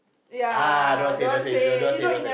ah don't want say don't want say don't want say don't want say